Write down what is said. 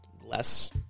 less